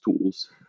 tools